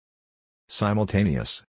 simultaneous